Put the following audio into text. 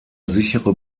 sichere